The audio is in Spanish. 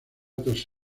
tras